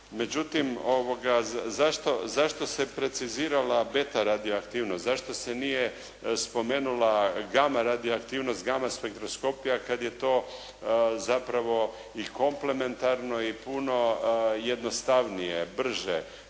Međutim, zašto se precizirala beta radioaktivnost, zašto se nije spomenula gama radioaktivnost, gama spektroskopija kada je to zapravo i komplementarno i puno jednostavnije, brže,